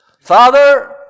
Father